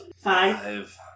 Five